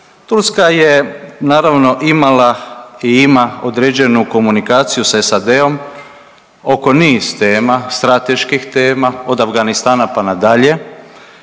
Turska je naravno imala i ima određenu komunikaciju sa SAD-om oko niz tema, strateških tema, od Afganistana pa nadalje,